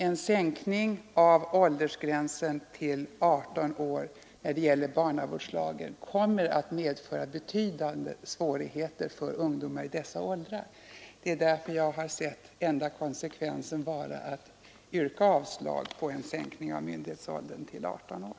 En sänkning av åldersgränsen till 18 år när det gäller barnavårdslagen kommer att medföra betydande svårigheter för ungdomar i dessa åldrar. Det är därför jag sett enda konsekvensen vara att yrka avslag på en sänkning av myndighetsåldern till 18 år.